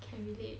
can relate